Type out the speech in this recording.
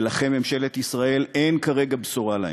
ולכם, ממשלת ישראל, אין כרגע בשורה להם.